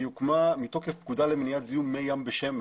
והיא הוקמה מתוקף למניעת זיהום מי ים בשמן,